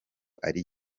ari